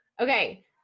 Okay